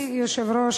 אדוני היושב-ראש,